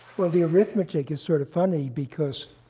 well, the arithmetic is sort of funny because